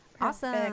Awesome